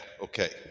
okay